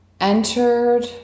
entered